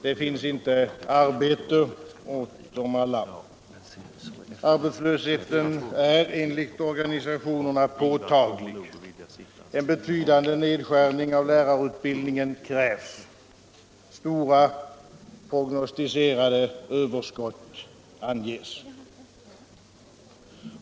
Det finns inte arbete åt dem alla. Arbetslösheten är enligt organisationerna påtaglig. En betydande nedskärning av lärarutbildningen krävs. Stora prognostiserade överskott anges.